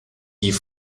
die